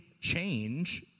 change